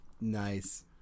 Nice